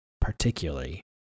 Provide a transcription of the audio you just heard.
particularly